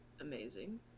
amazing